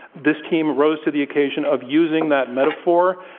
this team rose to the occasion of using that metaphor.